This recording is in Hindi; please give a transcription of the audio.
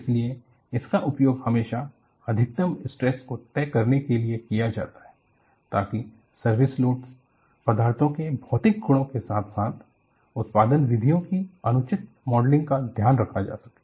इसलिए इसका उपयोग हमेशा अधिकतम स्ट्रेस को तय करने के लिए किया जाता है ताकि सर्विस लोड्स पदार्थो के भौतिक गुणों के साथ साथ उत्पादन विधियों की अनुचित मॉडलिंग का ध्यान रखा जा सके